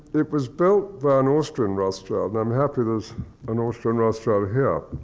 it was built by an austrian rothschild, and i'm happy there's an austrian rothschild here.